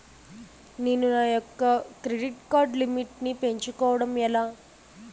నేను నా యెక్క క్రెడిట్ కార్డ్ లిమిట్ నీ పెంచుకోవడం ఎలా?